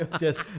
yes